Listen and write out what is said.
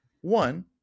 One